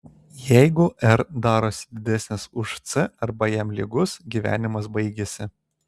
jeigu r darosi didesnis už c arba jam lygus gyvenimas baigiasi